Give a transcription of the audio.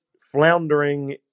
floundering